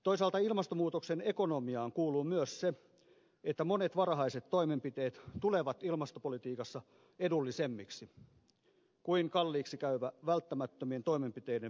toisaalta ilmastonmuutoksen ekonomiaan kuuluu myös se että monet varhaiset toimenpiteet tulevat ilmastopolitiikassa edullisemmiksi kuin kalliiksi käyvä välttämättömien toimenpiteiden viivyttäminen